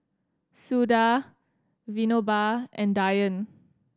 Suda Vinoba and Dhyan